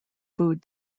food